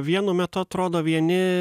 vienu metu atrodo vieni